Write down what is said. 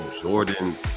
Jordan